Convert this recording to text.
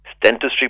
Dentistry